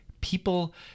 people